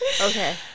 Okay